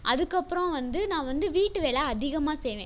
அதுக்கப்புறம் வந்து நான் வந்து வீட்டு வேலை அதிகமாக செய்வேன்